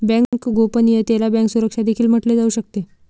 bank गोपनीयतेला bank सुरक्षा देखील म्हटले जाऊ शकते